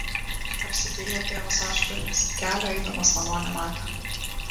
apsipylė tėvas ašaromis kelio eidamas namo nematė